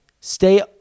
stay